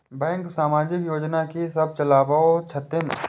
Bank समाजिक योजना की सब चलावै छथिन?